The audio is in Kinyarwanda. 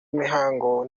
mihango